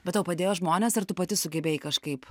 bet tau padėjo žmonės ar tu pati sugebėjai kažkaip